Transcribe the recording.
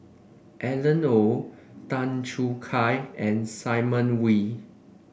Alan Oei Tan Choo Kai and Simon Wee